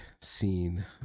scene